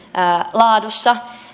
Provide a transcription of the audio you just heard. laadussa